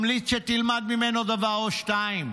ממליץ שתלמד ממנו דבר או שניים.